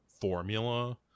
formula